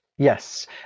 Yes